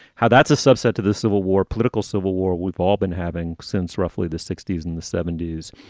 how that's a subset to the civil war, political civil war we've all been having since roughly the sixty s and the seventy s.